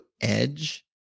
edge